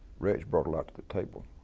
reg brought a lot to the table.